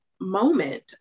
moment